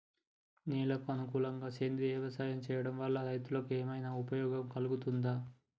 నేలకు అనుకూలంగా సేంద్రీయ వ్యవసాయం చేయడం వల్ల రైతులకు ఏమన్నా ఉపయోగం కలుగుతదా?